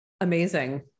Amazing